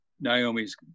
Naomi's